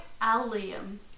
allium